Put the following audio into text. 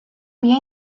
vía